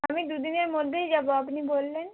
আমি দু দিনের মধ্যেই যাবো আপনি বললেন